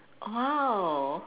!wow!